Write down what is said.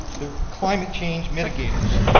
they're climate change mitigators.